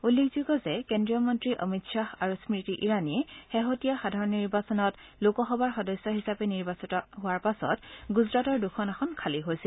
উল্লেখযোগ্য যে কেন্দ্ৰীয় মন্তী অমিত শ্বাহ আৰু স্মৃতি ইৰাণীয়ে শেহতীয়া সাধাৰণ নিৰ্বাচনত লোকসভাৰ সদস্য হিচাপে নিৰ্বাচিত হোৱাৰ পাছত গুজৰাটৰ দুখন আসন খালী হৈছিল